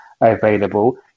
available